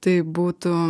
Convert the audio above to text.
tai būtų